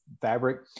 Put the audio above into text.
fabric